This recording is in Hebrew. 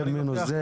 זה מינוס,